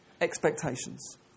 expectations